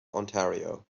ontario